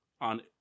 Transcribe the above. on